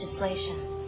legislation